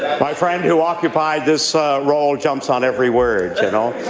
my friend who occupied this role jumps on every word, you know?